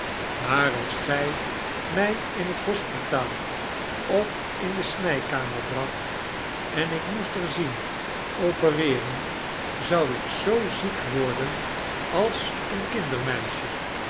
maar als gy mij in het hospitaalofin de snykamer bracht en ik moest er zien opereeren zou ik zoo ziek worden als een